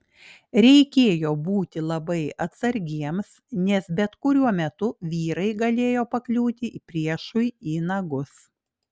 reikėjo būti labai atsargiems nes bet kuriuo metu vyrai galėjo pakliūti priešui į nagus